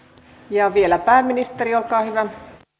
ja vielä pääministeri olkaa hyvä arvoisa